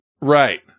Right